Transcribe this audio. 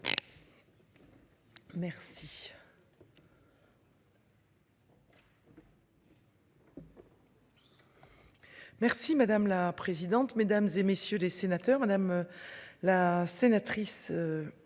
ruralité. Merci madame la présidente, mesdames et messieurs les sénateurs, madame. La sénatrice.